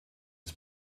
its